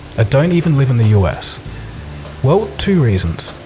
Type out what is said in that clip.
ah don't even live in the us well, two reasons.